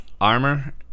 armor